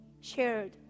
shared